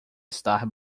estar